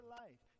life